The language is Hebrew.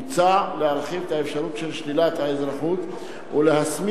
מוצע להרחיב את האפשרות של שלילת האזרחות ולהסמיך